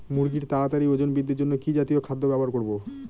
মুরগীর তাড়াতাড়ি ওজন বৃদ্ধির জন্য কি জাতীয় খাদ্য ব্যবহার করব?